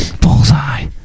Bullseye